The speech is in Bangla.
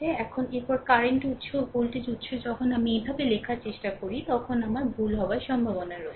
এখন এরপরে কারেন্ট উৎস ভোল্টেজ উত্স যখন আমি এইভাবে লেখার চেষ্টা করি তখন আমার ভুল হওয়ার সম্ভাবনা রয়েছে